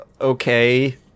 okay